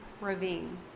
ravine